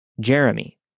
Jeremy